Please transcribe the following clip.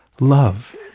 love